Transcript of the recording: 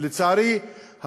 ולצערי,